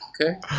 Okay